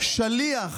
שליח